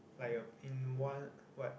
like a in one what